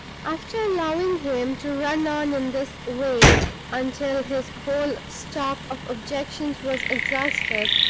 after allowing him to run on in this way until his whole stock of objections was exhausted,